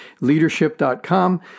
leadership.com